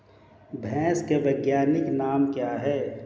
भैंस का वैज्ञानिक नाम क्या है?